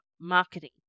marketing